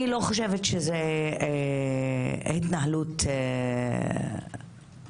אני לא חושבת שזאת התנהלות מתאימה או מכבדת לוועדה.